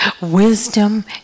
Wisdom